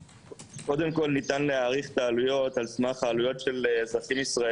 קודם כל ניתן להעריך את העלויות על סמך העלויות של- -- ישראליים,